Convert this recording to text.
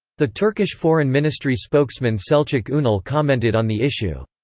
the turkish foreign ministry spokesman selcuk unal commented on the issue.